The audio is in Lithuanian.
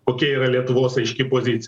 kokia yra lietuvos aiški pozicija